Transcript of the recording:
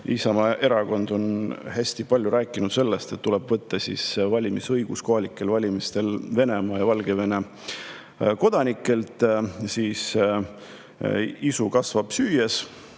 Isamaa Erakond on hästi palju rääkinud, et tuleb võtta valimisõigus kohalikel valimistel Venemaa ja Valgevene kodanikelt, siis isu kasvab süües,